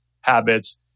habits